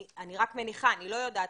אני רק מניחה, אני לא יודעת.